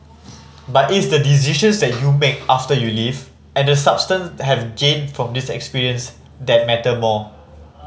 but its the decisions that you make after you leave and the substance have gained from this experience that matter more